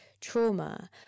trauma